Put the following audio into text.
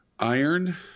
Iron